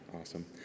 awesome